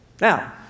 Now